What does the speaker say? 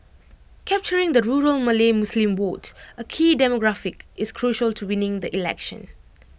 capturing the rural Malay Muslim vote A key demographic is crucial to winning the election